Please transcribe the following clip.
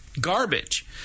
garbage